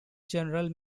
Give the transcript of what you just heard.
general